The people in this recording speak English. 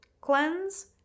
cleanse